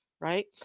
right